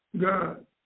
God